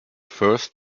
first